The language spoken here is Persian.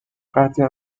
قدر